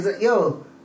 Yo